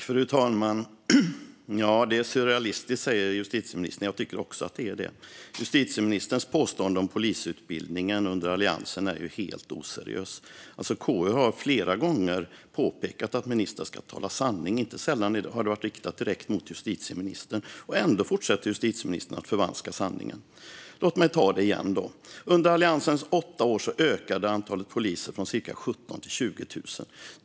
Fru talman! Det är surrealistiskt, säger justitieministern. Jag tycker också att det är det. Justitieministerns påstående om polisutbildningen under Alliansen är helt oseriöst. KU har flera gånger påpekat att ministern ska tala sanning. Inte sällan har det varit riktat direkt mot justitieministern. Ändå fortsätter justitieministern att förvanska sanningen. Låt mig ta det igen! Under Alliansens åtta år ökade antalet poliser från cirka 17 000 till 20 000.